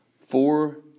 Four